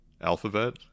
alphabet